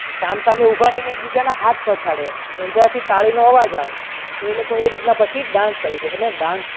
એ સામસામે ઊભા રહે અને એકબીજાના હાથ પછાડે અને જેથી તાળીનો અવાજ આવે તો એ લોકો એ રીતના પાછી ડાન્સ કરે છે અને ડાન્સ